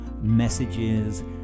messages